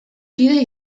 kide